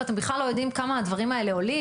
ואתם בכלל לא יודעים כמה הדברים האלה עולים,